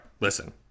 listen